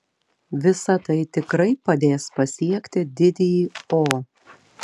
visa tai tikrai padės pasiekti didįjį o